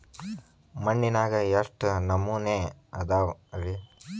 ಮಣ್ಣಿನಾಗ ಎಷ್ಟು ನಮೂನೆ ಅದಾವ ರಿ?